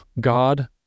god